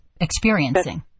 experiencing